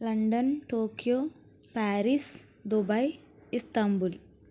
London Tokyo Paris Dubai Istanbul